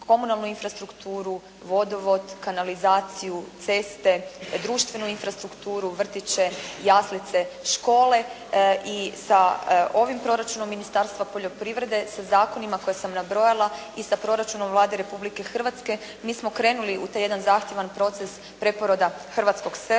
komunalnu infrastrukturu, vodovod, kanalizaciju, ceste, društvenu infrastrukturu, vrtiće, jaslice, škole i sa ovim proračunom Ministarstva poljoprivrede sa zakonima koje sam nabrojala i sa proračunom Vlade Republike Hrvatske mi smo krenuli u taj jedan zahtjevan proces preporoda hrvatskog sela,